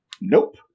Nope